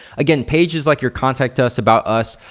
again, page is like your contact us, about us.